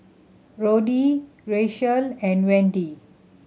Roddy Racheal and Wendy